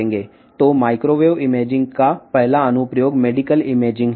కాబట్టి microwave imaging యొక్క మొదటి అప్లికేషన్ మెడికల్ ఇమేజింగ్